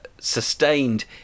sustained